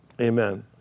Amen